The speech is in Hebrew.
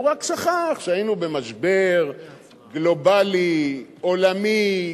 הוא רק שכח שהיינו במשבר גלובלי, עולמי,